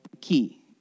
key